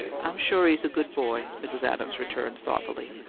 i'm sure he's a good boy, mrs. adams returned, thoughtfully.